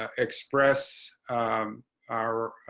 ah express our